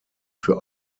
für